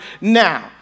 now